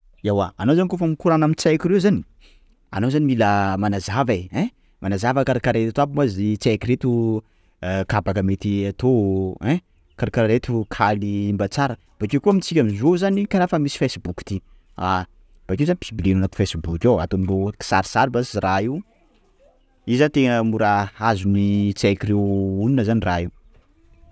Ewa anao kôfa mikorana amin'ny tsaiky reo zany! Anao zany mila manazava e! ein! Manazava karakara reto aby mo- izy- tsaiky reto kabaka mety atao, ein! karakara reto kaly mba tsara, bakeo koa amin tsika amzao zany karaha efa misy facebook ity! a- bakeo zany publeo anaty facebook ao atomboy kisarisary basy raha io, io zany tena mora azon'ny tsaiky reo onona zany raha io.